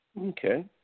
Okay